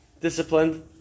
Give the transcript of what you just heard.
disciplined